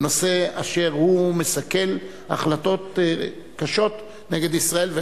בנושא אשר מסכל החלטות קשות נגד ישראל,